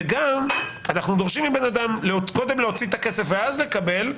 אנחנו גם דורשים מבן אדם קודם להוציא את הכסף ואז לקבל,